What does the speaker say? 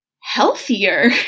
healthier